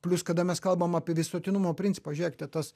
plius kada mes kalbam apie visuotinumo principą žiūrėkite tas